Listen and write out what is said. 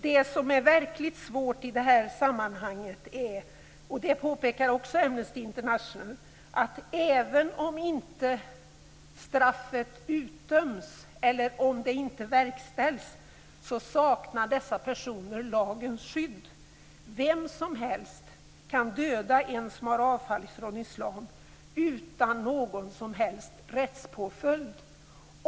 Det som är verkligt svårt i det här sammanhanget är, och det påpekar också Amnesty International, att även om inte straffet verkställs så saknar dessa personer lagens skydd. Vem som helst kan döda en som har avfallit från islam utan någon som helst rättspåföljd.